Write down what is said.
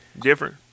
Different